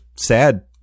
sad